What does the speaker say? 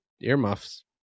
earmuffs